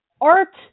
art